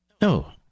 No